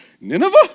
Nineveh